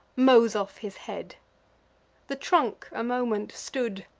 mows off his head the trunk a moment stood,